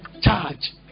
Charge